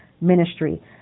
ministry